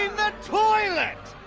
and the toilet,